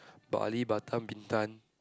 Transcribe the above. Bali Batam Bintan